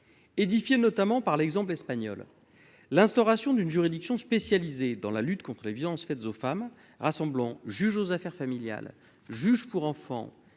édifié notamment par l'exemple espagnol l'instauration d'une juridiction spécialisée dans la lutte contre les violences faites aux femmes, rassemblons juge aux affaires familiales, juge pour enfants